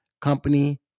company